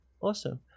Awesome